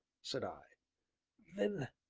said i then